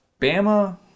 Bama